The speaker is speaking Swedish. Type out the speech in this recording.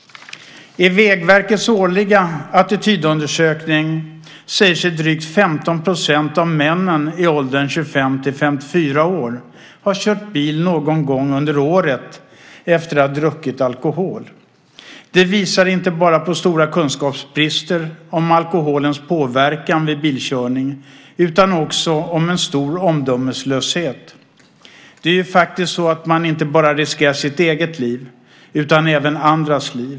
I Vägverkets årliga attitydundersökning säger sig drygt 15 % av männen i åldern 25-54 år ha kört bil någon gång under året efter att ha druckit alkohol. Det visar inte bara på stora kunskapsbrister om alkoholens påverkan vid bilkörning utan också om en stor omdömeslöshet. Man riskerar ju inte bara sitt eget utan även andras liv.